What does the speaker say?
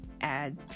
add